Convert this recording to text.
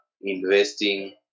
investing